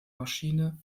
maschine